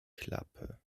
klappe